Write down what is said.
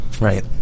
Right